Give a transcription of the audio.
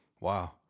Wow